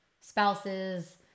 spouses